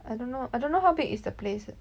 I don't know I don't know how big is the place eh